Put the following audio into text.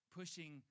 pushing